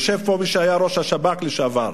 יושב פה מי שהיה יושב-ראש השב"כ, לשעבר,